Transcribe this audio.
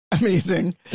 amazing